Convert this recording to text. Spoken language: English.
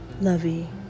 Lovey